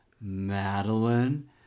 Madeline